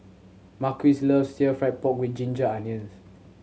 Marquis loves still fried pork with ginger onions